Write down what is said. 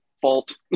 fault